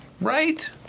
Right